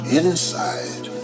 inside